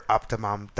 Optimum